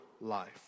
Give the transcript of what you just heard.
life